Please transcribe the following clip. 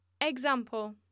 Example